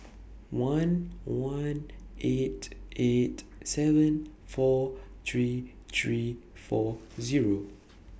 one one eight eight seven four three three four Zero